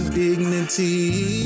dignity